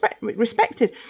respected